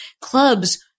clubs